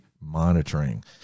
monitoring